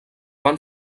van